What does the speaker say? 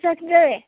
sauce ଦେବେ